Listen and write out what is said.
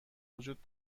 وجود